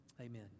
amen